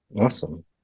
Awesome